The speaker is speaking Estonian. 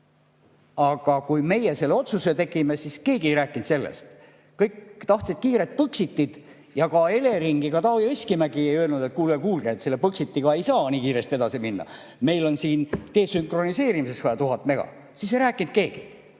Aga kui meie selle otsuse tegime, siis keegi ei rääkinud sellest, kõik tahtsid kiiret Põxitit. Ka Elering ja Taavi Veskimägi ei öelnud, et kuulge-kuulge, selle Põxitiga ei saa nii kiiresti edasi minna, meil on siin desünkroniseerimiseks vaja 1000 mega. Siis ei rääkinud sellest